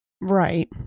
Right